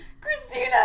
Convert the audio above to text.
Christina